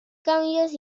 cambios